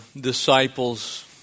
disciples